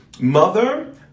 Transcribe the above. mother